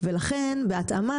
ולכן בהתאמה,